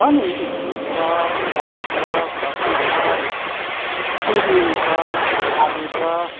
छ नि इस्कुस छ साग छ फर्सी छ सिमीहरू छ आलु छ